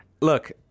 Look